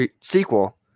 sequel